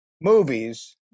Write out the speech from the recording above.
movies